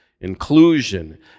inclusion